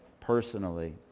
personally